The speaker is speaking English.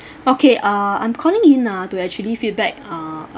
okay uh I'm calling ah to actually feedback uh